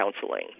counseling